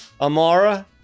Amara